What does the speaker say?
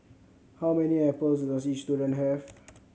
how many apples does each student have